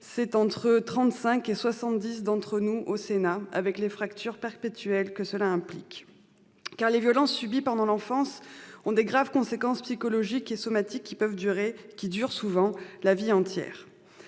soit entre 35 et 70 d'entre nous, au Sénat, avec les fractures perpétuelles que cela implique. Les violences subies pendant l'enfance ont de graves conséquences psychologiques et somatiques qui durent souvent la vie entière.